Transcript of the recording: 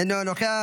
אינו נוכח.